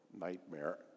nightmare